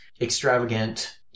extravagant